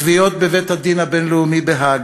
תביעות בבית-הדין הבין-לאומי בהאג,